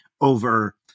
over